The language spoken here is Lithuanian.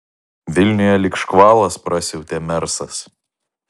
vilniuje lyg škvalas prasiautė mersas